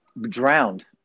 Drowned